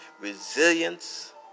resilience